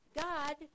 God